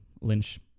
lynch